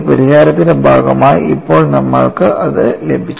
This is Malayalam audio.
പരിഹാരത്തിന്റെ ഭാഗമായി ഇപ്പോൾ നമ്മൾക്ക് അത് ലഭിച്ചു